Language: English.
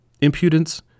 impudence